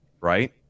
right